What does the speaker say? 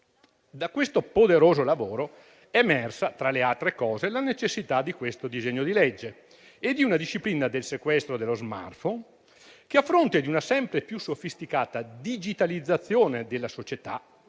Da tale poderoso lavoro è emersa, tra le altre cose, la necessità di questo disegno di legge e di una disciplina del sequestro dello *smartphone*, che, a fronte di una sempre più sofisticata digitalizzazione della società,